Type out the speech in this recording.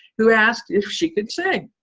who asked if she could sing.